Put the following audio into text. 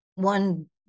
one